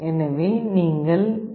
எனவே நீங்கள் ஏ